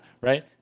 right